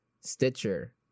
Stitcher